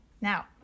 Now